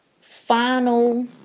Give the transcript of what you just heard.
final